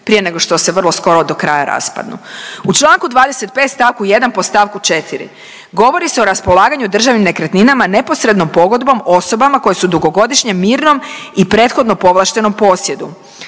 prije nego što se vrlo skoro do kraja raspadnu. U Članku 25. stavku 1. podstavku 4. govori se o raspolaganju državnim nekretninama neposrednom pogodbom osobama koje su u dugogodišnjem mirnom i prethodno povlaštenom posjedu.